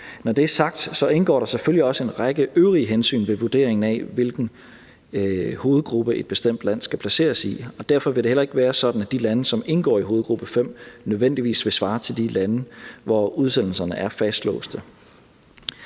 Når det er sagt, indgår der selvfølgelig også en række øvrige hensyn ved vurderingen af, hvilken hovedgruppe et bestemt land skal placeres i, og derfor vil det heller ikke være sådan, at de lande, som indgår i hovedgruppe 5, nødvendigvis vil svare til de lande, hvor udsendelserne er fastlåste.